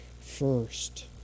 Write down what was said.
first